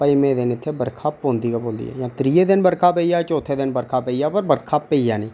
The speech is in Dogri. पंजमें दिन इत्थै बर्खा पौंदी गै पौंदी ऐ त्रिये दिन बर्खा पेई जा चौथै दिन बर्खा पेईं जा पर बर्खा पेईं जानी